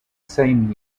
same